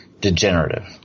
degenerative